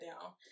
down